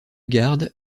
garde